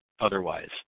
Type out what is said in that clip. otherwise